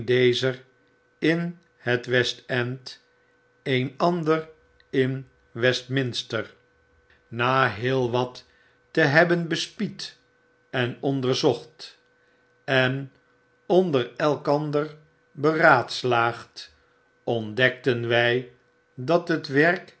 een dezerinhet westend een andere in westminster na heel wat te hebben bespied en onderzocht en onder elkander beraadslaagd ontdekten wy dat het werk